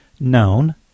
known